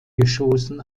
geschossen